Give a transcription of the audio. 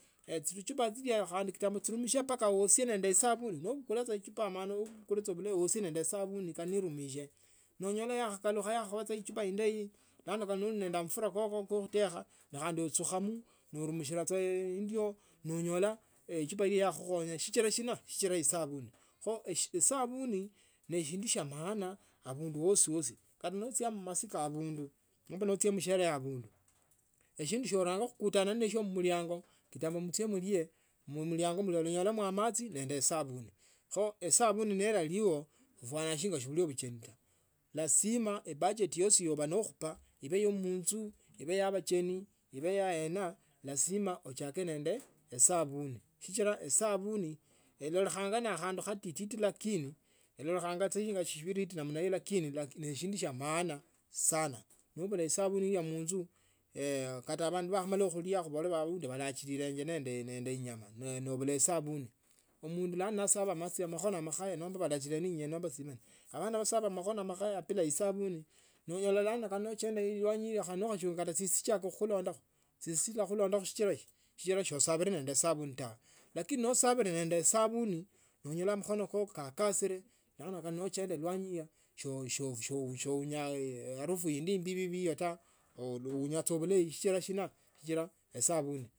tsichupa tsilia kitambo tsirumishe mpaka wosie nende esavuni. Novukula tsa echupa mani ovukule tse vulayi ne wosie tsa nende esavuni tsa niirumishe nonyola tsa yakhakalukha yakhava tsa indeyi lano khandi noli nende amafura kako kokhutekaha khandi nutsukhamo norumishira tsa indio nonyola echupa iliya yakhakhukhonya shichira shina. esavuni. Kho isavuni neshindu sha maana avundu wosiwosi. kata notsya mumasika avundu nomba notsya musherehe avaundu eshindu shoranga khukutana ninesho muliango kitambo mutsie mulie mumuliango mulia olanyolamo amatsi nende esavuni. Kho esavuni nelaliyo vufwana shinga sivuli ovucheni ta. lazima ebacheti yosi yova nokhupa ive yo munzu ive ya vacheni iva ya yena lazima o hake nende esavuni. Shichira esavuni ilolekhanga nakhandu shititi lakini ilolakha shinga eshiviriti lakini neshindu sha maana sana novula esavuni ilia munzu kata avqndu nivakhamala okhulia avundi khuvole valachirenje nende inyama. no ovula isavuni mundu lano nasava amatsi makhono amakhaya nomba valachile nende inyeni nomba etsimena avana nivasava amakhono makhaya bila isavuni. nonyola lano nochenda ilwanyi hilwa khandi nokhachunga ta tsisi tsichaka khukhulondakho tsisi tsikhulondakho shichira shi shosavire nende esavuni tawe lakini nosavile nende esavuni nonyola makhono kako kaksile lano khandi nochenda ilwanyi ilia shosh oh unya arufu indi imbi viilia ta uu unyatsa ovulaye shichira shina esavuni.